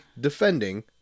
defending